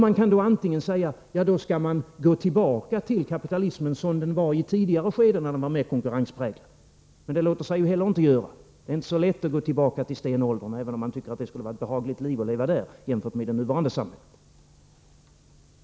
Man kan då säga att vi skall gå tillbaka till kapitalismen sådan den tedde sig i tidigare skeden, när den var mer konkurrenspräglad. Men det låter sig ju inte göra — det är inte så lätt att gå tillbaka till stenåldern, även om man tycker att det skulle vara behagligt att leva där, jämfört med att leva i det nuvarande samhället.